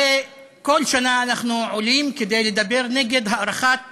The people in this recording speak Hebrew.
הרי כל שנה אנחנו עולים כדי לדבר נגד הארכת